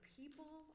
people